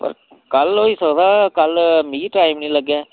पर कल्ल होई सकदा कल्ल मिगी टाईम निं लग्गै